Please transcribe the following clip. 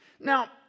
Now